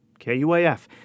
kuaf